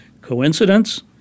Coincidence